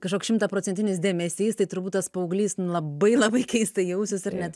kažkoks šimtaprocentinis dėmesys tai turbūt tas paauglys labai labai keistai jausis ir net